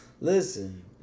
Listen